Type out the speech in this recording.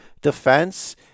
defense